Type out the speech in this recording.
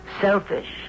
selfish